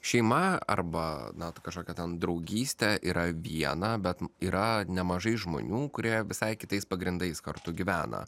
šeima arba na ta kažkokia ten draugystė yra viena bet yra nemažai žmonių kurie visai kitais pagrindais kartu gyvena